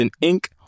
ink